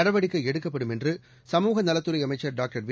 நடவடிக்கை எடுக்கப்படும் என்று சமூக நலத்துறை அமைச்சர் டாக்டர் வெ